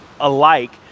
alike